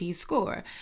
score